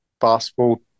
basketball